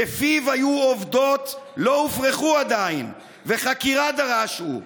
בפיו היו עובדות לא-הופרכו-עדיין / וחקירה דרש הוא.